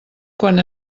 quan